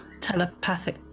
telepathic